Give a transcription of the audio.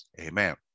Amen